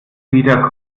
wieder